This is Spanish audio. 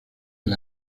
del